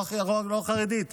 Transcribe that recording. לא החרדית.